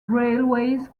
railways